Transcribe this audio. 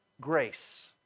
grace